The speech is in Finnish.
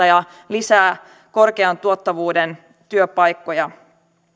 ja lisää korkean tuottavuuden työpaikkoja